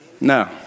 No